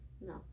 no